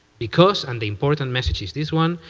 because, and the important message is this one,